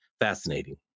fascinating